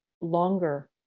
longer